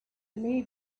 may